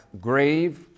grave